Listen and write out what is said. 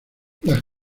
las